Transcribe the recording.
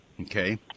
Okay